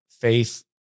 faith